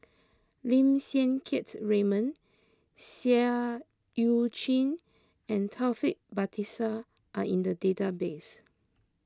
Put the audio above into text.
Lim Siang Keats Raymond Seah Eu Chin and Taufik Batisah are in the database